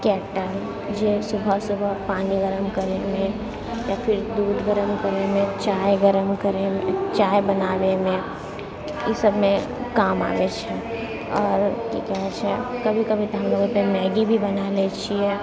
cattle जे सुबह सुबह पानी गरम करैमे या फेर दूध गरम करैमे चाइ गरम करैमे चाइ बनाबैमे ई सबमे काम आबै छै आओर की कहै छै कभी कभी तऽ हमलोक मैगी भी बना लै छिए